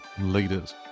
leaders